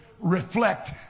reflect